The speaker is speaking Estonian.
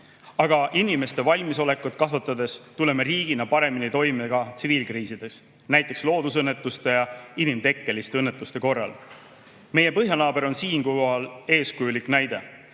Aga inimeste valmisolekut kasvatades tuleme riigina paremini toime ka tsiviilkriisides, näiteks loodusõnnetuste ja inimtekkeliste õnnetuste korral. Meie põhjanaaber on siinkohal eeskujulik näide,